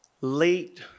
late